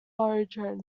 origin